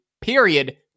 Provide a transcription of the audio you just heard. period